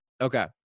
Okay